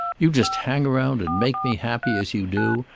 you just hang around and make me happy, as you do,